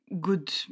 good